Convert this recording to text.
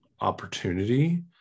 opportunity